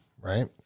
Right